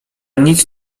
nic